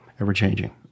ever-changing